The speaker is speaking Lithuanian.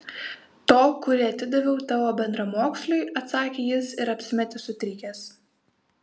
to kurį atidaviau tavo bendramoksliui atsakė jis ir apsimetė sutrikęs